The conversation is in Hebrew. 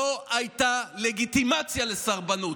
לא הייתה לגיטימציה לסרבנות.